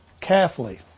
carefully